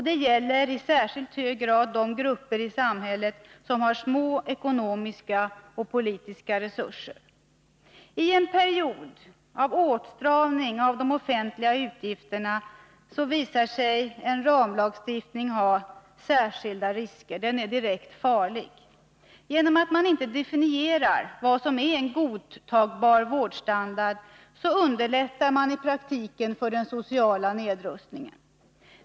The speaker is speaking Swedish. Det gäller i särskilt hög grad de grupper i samhället som har små ekonomiska och politiska resurser. I en period av åtstramning när det gäller de offentliga utgifterna visar sig en ramlagstiftning ha särskilda risker. Den är direkt farlig. Genom att man inte definierar vad som är en godtagbar vårdstandard, underlättar man i praktiken för den sociala nedrustningen.